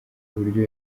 uburyo